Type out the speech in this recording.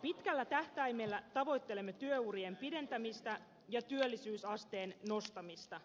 pitkällä tähtäimellä tavoittelemme työurien pidentämistä ja työllisyysasteen nostamista